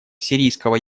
сирийского